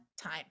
time